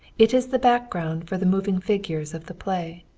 it is the background for the moving figures of the play.